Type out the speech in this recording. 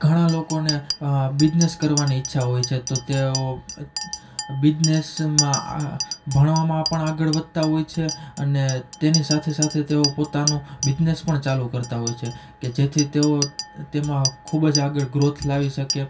ઘણા લોકોને બીજનેસ કરવાની ઈચ્છા હોય છે તો તેઓ બિઝનેસમાં ભણવામાં પણ આગળ વધતાં હોય છે અને તેની સાથે સાથે તેઓ પોતાનો બીજનેસ પણ ચાલુ કરતાં હોય છે કે જેથી તેમાં ખૂબ જ આગળ ગ્રોથ લાવી શકે